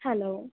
hello